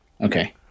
Okay